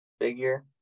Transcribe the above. figure